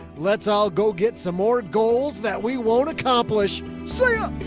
let's all go get some more goals that we won't accomplish, sir.